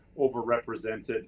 overrepresented